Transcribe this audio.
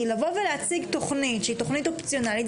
כי לבוא ולהציג תוכנית שהיא תוכנית אופציונאלית,